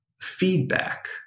feedback